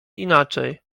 inaczej